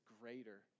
greater